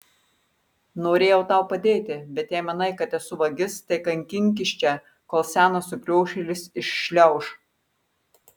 norėjau tau padėti bet jei manai kad esu vagis tai kankinkis čia kol senas sukriošėlis iššliauš